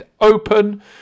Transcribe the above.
Open